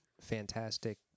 fantastic